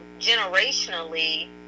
generationally